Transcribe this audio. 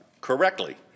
correctly